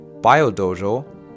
BioDojo